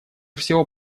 всего